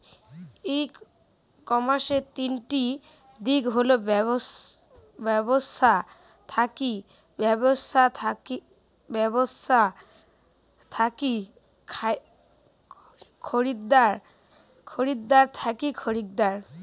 ই কমার্সের তিনটি দিক হল ব্যবছা থাকি ব্যবছা, ব্যবছা থাকি খরিদ্দার, খরিদ্দার থাকি খরিদ্দার